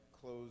close